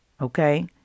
Okay